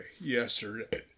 yesterday